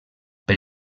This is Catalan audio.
per